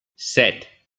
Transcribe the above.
set